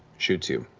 shoots you.